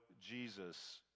Jesus